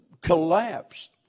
collapsed